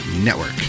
Network